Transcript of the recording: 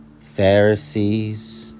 Pharisees